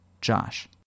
Josh